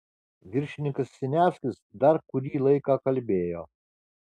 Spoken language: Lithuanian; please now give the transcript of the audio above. viršininkas siniavskis dar kurį laiką kalbėjo